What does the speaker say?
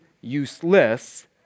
useless